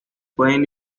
pueden